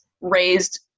raised